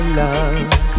love